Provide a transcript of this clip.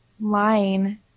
line